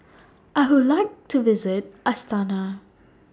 I Would like to visit Astana